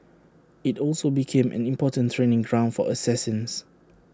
IT also became an important training ground for assassins